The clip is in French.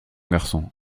garçon